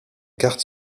carte